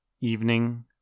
evening